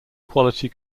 quality